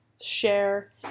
share